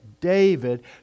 David